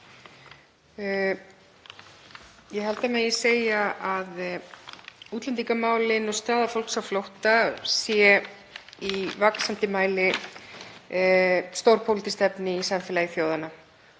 Ég held að það megi segja að útlendingamálin og staða fólks á flótta sé í vaxandi mæli stórpólitískt efni í samfélagi þjóðanna,